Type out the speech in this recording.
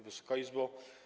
Wysoka Izbo!